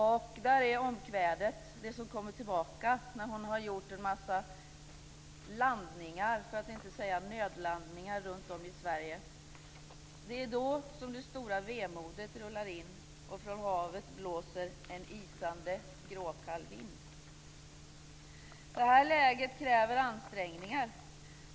Där är omkvädet, det som kommer tillbaka när hon har gjort en massa landningar, för att inte säga nödlandningar, runtom i Sverige: "Det är då som det stora vemodet rullar in. Och från havet blåser en isande gråkall vind." Det här läget kräver ansträngningar.